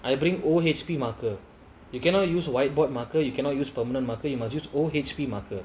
I bring O_H_P marker you cannot use whiteboard marker you cannot use permanent marker you must use O_H_P marker